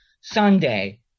Sunday